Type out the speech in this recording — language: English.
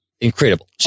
incredible